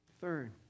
Third